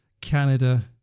Canada